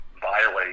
violate